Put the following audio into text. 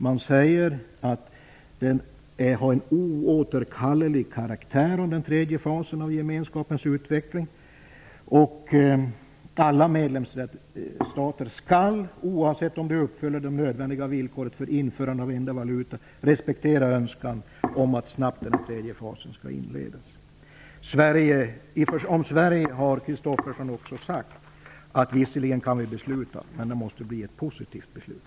Man fastslår den oåterkalleliga karaktären av gemenskapens utveckling mot tredje fasen och säger att alla medlemsstater, oavsett om de uppfyller de nödvändiga villkoren för införandet av en enda valuta, skall respektera önskan om att den tredje fasen snabbt skall inledas. När det gäller Sverige har Christophersen också sagt att vi visserligen kan besluta men att det måste bli ett positivt beslut.